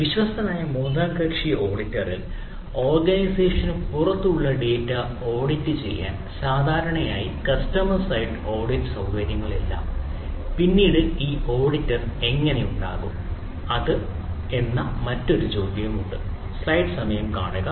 വിശ്വസ്തനായ മൂന്നാം കക്ഷി ഓഡിറ്ററിൽ ഓർഗനൈസേഷന് പുറത്തുള്ള ഡാറ്റ ഓഡിറ്റ് ചെയ്യാൻ സാധാരണയായി കസ്റ്റമർ സൈഡ് ഓഡിറ്റ് എങ്ങനെ ഉണ്ടാകും എന്ന മറ്റൊരു ചോദ്യമുണ്ടെന്ന് പറയാം